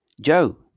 Joe